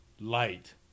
light